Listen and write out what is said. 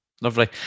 Lovely